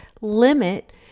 limit